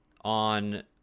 on